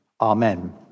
Amen